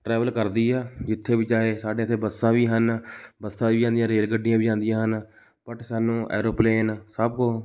travel ਕਰਦੀ ਆ ਜਿੱਥੇ ਵੀ ਚਾਹੇ ਸਾਡੇ ਇੱਥੇ ਬੱਸਾਂ ਵੀ ਹਨ ਬੱਸਾਂ ਵੀ ਜਾਂਦੀਆਂ ਰੇਲਗੱਡੀਆਂ ਵੀ ਜਾਂਦੀਆਂ ਹਨ ਬਟ ਸਾਨੂੰ ਐਰੋਪਲੇਨ ਸਭ ਕੁਝ